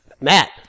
Matt